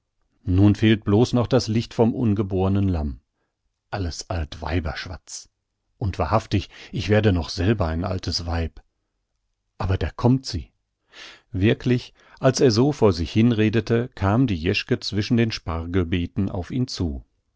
nun fehlt blos noch das licht vom ungebornen lamm alles altweiberschwatz und wahrhaftig ich werde noch selber ein altes weib aber da kommt sie wirklich als er so vor sich hinredete kam die jeschke zwischen den spargelbeeten auf ihn zu